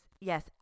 yes